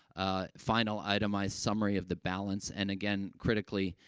ah, final itemized summary of the balance, and, again, critically,